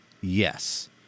Yes